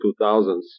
2000s